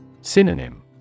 Synonym